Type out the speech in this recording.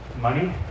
Money